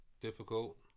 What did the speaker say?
difficult